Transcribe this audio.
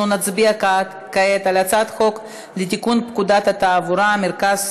אנחנו נצביע כעת על הצעת חוק לתיקון פקודת התעבורה (מרכז